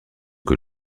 que